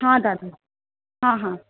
हा दादा हा हा